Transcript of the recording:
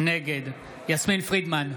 נגד יסמין פרידמן,